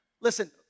Listen